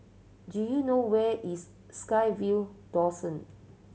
do you know where is SkyVille Dawson